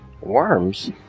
worms